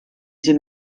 sie